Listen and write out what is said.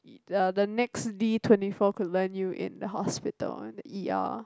the the next D twenty four could land you in the hospital and the E_R